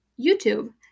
YouTube